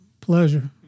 Pleasure